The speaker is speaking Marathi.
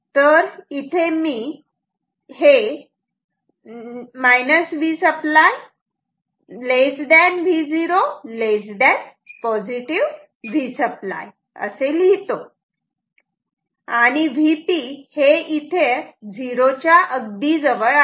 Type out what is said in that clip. तर इथे मी Vसप्लाय Vo Vसप्लाय असे लिहितो आणि Vp हे झिरो च्या अगदी जवळ आहे